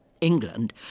England